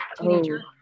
teenager